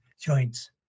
joints